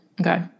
Okay